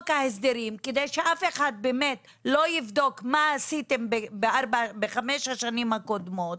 ההסדרים כדי שאף אחד באמת לא יבדוק מה עשיתם בחמש השנים הקודמות,